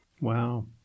Wow